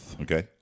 Okay